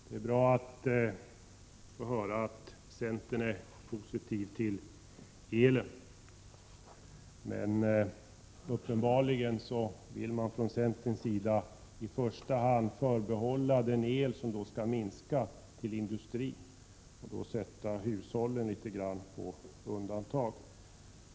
Det är bra att få höra att centern är positiv till elen, men uppenbarligen vill centern i första hand förbehålla industrin den el som ju skall minskas och då sätta hushållen litet grand på undantag.